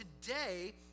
today